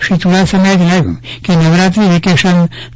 શ્રી ચૂડાસમાએ જણાવ્યું કે નવરાત્રી વેકેશન તા